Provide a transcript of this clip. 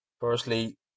Firstly